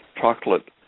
chocolate